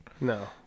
No